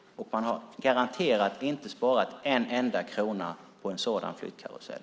Man har garanterat inte sparat en enda krona på en sådan flyttkarusell.